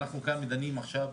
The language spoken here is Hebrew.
הוא שימש כעוזר ראש העיר.